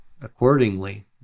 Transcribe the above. accordingly